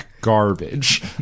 garbage